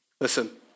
Listen